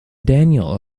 daniel